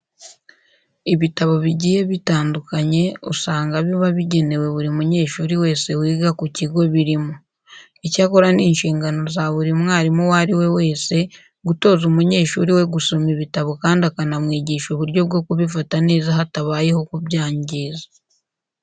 Ibitabo bigiye butandukanye usanga biba bigenewe buri munyeshuri wese wiga mu kigo birimo. Icyakora ni inshingano za buri mwarimu uwo ari we wese gutoza umunyeshuri we gusoma ibitabo kandi akanamwigisha uburyo bwo kubifata neza hatabayeho kubyangiza.